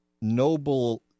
Noble